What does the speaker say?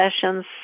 sessions